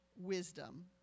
wisdom